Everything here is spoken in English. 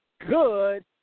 Good